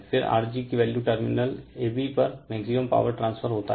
फिर Rg की value terminal ab पर मैक्सिमम पावर ट्रांसफर होता है